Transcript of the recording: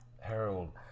Harold